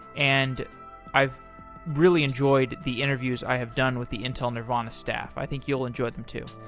and i really enjoyed the interviews i have done with the intel nervana stuff. i think you'll enjoy them too